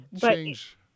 change